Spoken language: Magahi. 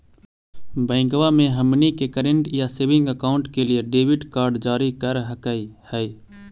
बैंकवा मे हमनी के करेंट या सेविंग अकाउंट के लिए डेबिट कार्ड जारी कर हकै है?